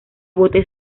bote